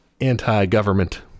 anti-government